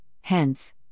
hence